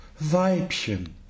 Weibchen